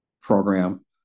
program